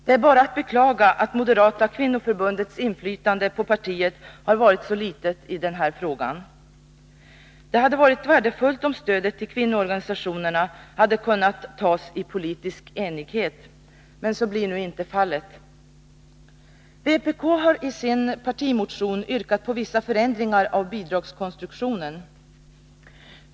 Det är bara att beklaga att moderata kvinnoförbundets inflytande på partiet har varit så litet i den här frågan. Det hade varit värdefullt om stödet till kvinnoorganisationerna hade kunnat fattas i politisk enighet, men så blir nu inte fallet. Vpk har i sin partimotion yrkat på vissa förändringar av bidragskonstruktionen.